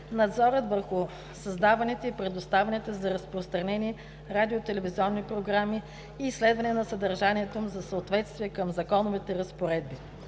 надзорът върху създаваните и предоставяните за разпространение радио- и телевизионни програми и изследване на съдържанието им за съответствие към законовите разпоредби,